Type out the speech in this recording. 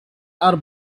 are